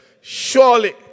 Surely